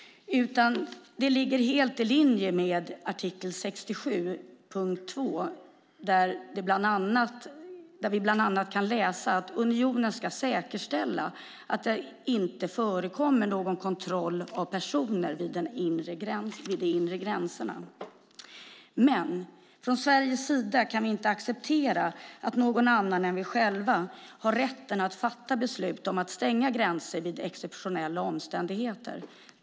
Det ligger helt i linje med artikel 67.2 där vi bland annat kan läsa att unionen ska säkerställa att det inte förekommer någon kontroll av personer vid de inre gränserna. Däremot kan vi från Sveriges sida inte acceptera att någon annan än vi själva har rätt att fatta beslut om att stänga gränser vid exceptionella omständigheter.